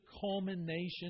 culmination